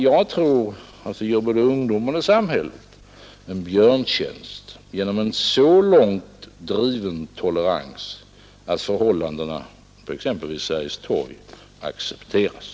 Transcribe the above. Jag tror att vi gör både ungdomen och samhället en björntjänst genom en så långt driven tolerans, att förhållandena på exempelvis Sergels torg accepteras.